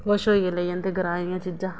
खुश होई जेल्लै जंदे ग्राएं बिच जां